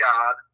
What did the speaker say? God